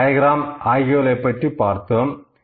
ஆகியவைகளைப் பற்றி படித்தோம்